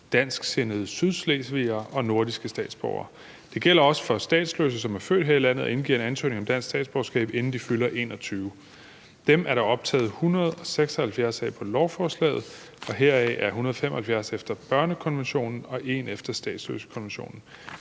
dansksindede sydslesvigere og nordiske statsborgere. Det gælder også statsløse, som er født her i landet og indgiver en ansøgning om dansk statsborgerskab, inden de fylder 21 år. Dem er der optaget 176 af på lovforslaget. Heraf er 175 optaget efter børnekonventionen og en efter statsløsekonventionen.